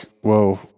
whoa